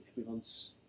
everyone's